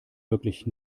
wirklich